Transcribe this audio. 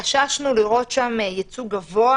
חששנו לראות שם ייצוג גבוה